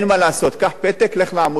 לך לעמותת חזון אי"ש,